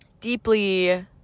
deeply